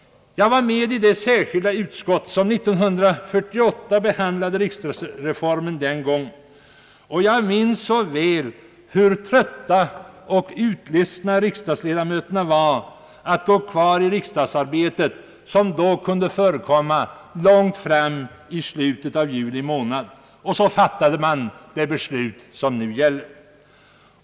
Jag var med i det särskilda utskott som 1948 behandlade riksdagsreformen, och jag minns så väl hur trötta och utledsna riksdagsledamöterna var på riksdagsarbetet som då kunde fortsätta ända fram mot slutet av juli månad. Där för fattade man det beslut som nu gäller.